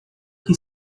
que